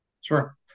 Sure